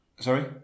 Sorry